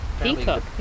peacock